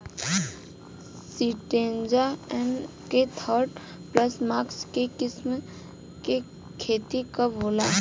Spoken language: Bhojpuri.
सिंजेंटा एन.के थर्टी प्लस मक्का के किस्म के खेती कब होला?